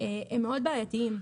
הם מאוד בעייתיים.